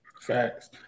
Facts